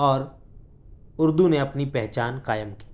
اور اردو نے اپنی پہچان قائم کی